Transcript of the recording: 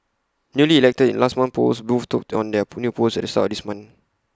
newly elected in last month's polls both took on their pool new posts at this month